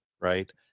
right